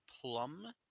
Plum